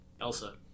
Elsa